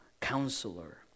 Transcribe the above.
counselor